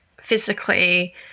physically